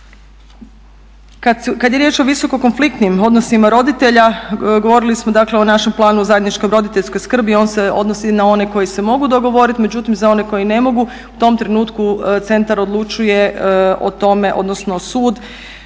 Kad je riječ o visoko konfliktnim odnosima roditelja, govorili smo dakle o našem planu o zajedničkoj roditeljskoj skrbi, on se odnosi na one koji se mogu dogovoriti, međutim za one koji ne mogu u tom trenutku centar odlučuju o tome, odnosno sud